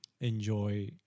enjoy